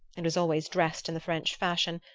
and was always dressed in the french fashion,